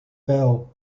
bell